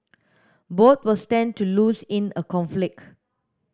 both will stand to lose in a conflict